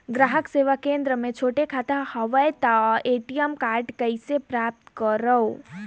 ग्राहक सेवा केंद्र मे छोटे खाता हवय त ए.टी.एम कारड कइसे प्राप्त करव?